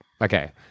okay